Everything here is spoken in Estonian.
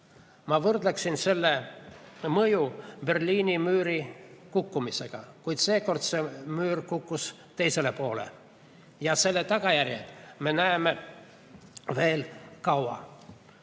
Ma võrdleksin selle mõju Berliini müüri kukkumisega, kuid seekord see müür kukkus teisele poole. Ja selle tagajärgi me näeme veel kaua.